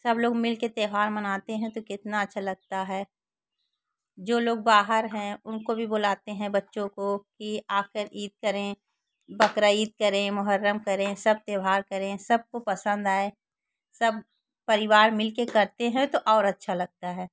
सब लोग मिलकर त्यौहार मनाते हैं तो कितना अच्छा लगता है जो लोग बाहर हैं उनको भी बुलाते हैं बच्चों को कि आकर ईद करें बकरा ईद करें मुहर्रम करें सब त्यौहार करें सबको पसंद आए सब परिवार मिलकर करते हैं तो और अच्छा लगता है